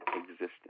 existence